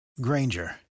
Granger